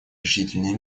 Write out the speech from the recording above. решительные